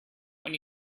when